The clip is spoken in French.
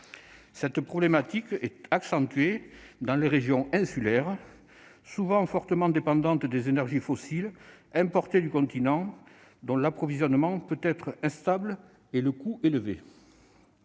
Cette problématique est accentuée dans les régions insulaires, souvent fortement dépendantes d'énergies fossiles importées du continent, dont l'approvisionnement peut être instable et le coût élevé.